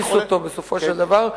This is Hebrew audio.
הביסו אותו בסופו של דבר.